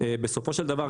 בסופו של דבר,